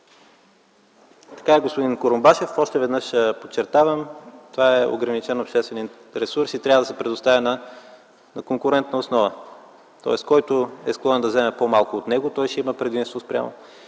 Така е, господин Курумбашев, още веднъж подчертавам, това е ограничен обществен ресурс и трябва да се предоставя на конкурентна основа. Който е склонен да взема по-малко от него, той ще има предимство спрямо